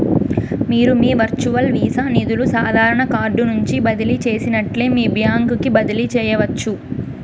మీరు మీ virtual visa నిదులు సాదారన కార్డు నుంచి బదిలీ చేసినట్లే మీ బాంక్ కి బదిలీ చేయచ్చు